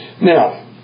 Now